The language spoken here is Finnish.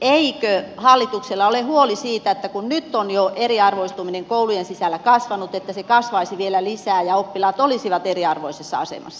eikö hallituksella ole huoli siitä kun nyt on jo eriarvoistuminen koulujen sisällä kasvanut että se kasvaisi vielä lisää ja oppilaat olisivat eriarvoisessa asemassa